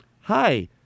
hi